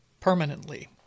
permanently